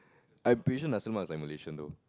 I'm pretty sure nasi-lemak is like Malaysian though